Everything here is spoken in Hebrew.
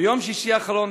ביום שישי האחרון,